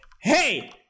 Hey